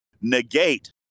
negate